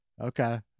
Okay